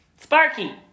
Sparky